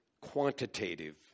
quantitative